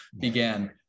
began